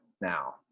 now